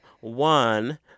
one